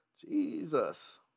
Jesus